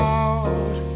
out